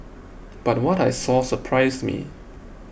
but what I saw surprised me